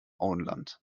auenland